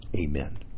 Amen